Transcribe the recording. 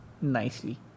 nicely